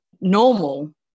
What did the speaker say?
normal